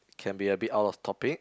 can be a bit out of topic